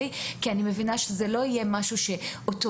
אני מבינה שזה לא יהיה משהו שמאפיין,